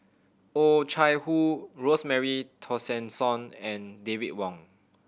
Oh Chai Hoo Rosemary Tessensohn and David Wong